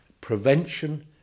Prevention